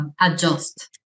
adjust